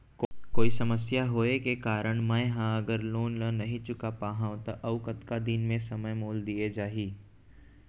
कोई समस्या होये के कारण मैं हा अगर लोन ला नही चुका पाहव त अऊ कतका दिन में समय मोल दीये जाही?